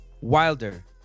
Wilder